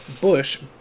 bush